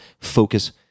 focus